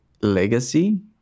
legacy